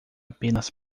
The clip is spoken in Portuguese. apenas